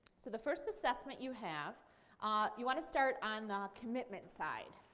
so the first assessment you have ah you want to start on the commitment side.